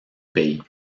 pays